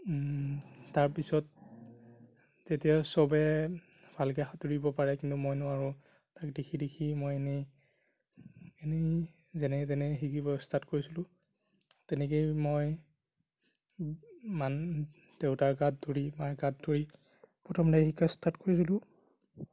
তাৰ পিছত তেতিয়া চবে ভালকে সাঁতুৰিব পাৰে কিন্তু মই নোৱাৰোঁ তাক দেখি দেখি মই এনেই এনেই যেনে তেনে শিকিব ষ্টাৰ্ট কৰিছিলোঁ তেনেকেই মই দেউতাৰ গাত ধৰি মাৰ গাত ধৰি প্ৰথমতে শিকা ষ্টাৰ্ট কৰিছিলোঁ